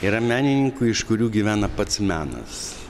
yra menininkų iš kurių gyvena pats menas